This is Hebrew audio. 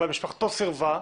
אבל משפחתו סירבה,